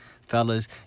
Fellas